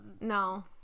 No